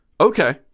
Okay